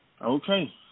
Okay